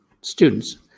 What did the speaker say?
students